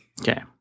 Okay